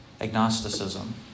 agnosticism